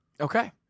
Okay